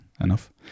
enough